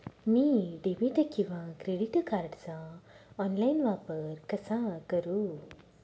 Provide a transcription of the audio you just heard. मी debit किंवा credit कार्डचा online वापर कसा करु?